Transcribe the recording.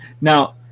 now